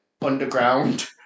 underground